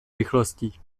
rychlostí